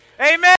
amen